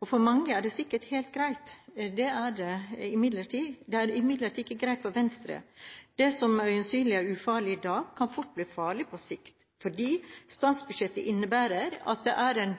før. For mange er det sikkert helt greit. Det er imidlertid ikke greit for Venstre. Det som øyensynlig er ufarlig i dag, kan fort bli farlig på sikt – fordi statsbudsjettet innebærer at det er en